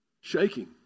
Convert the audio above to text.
Shaking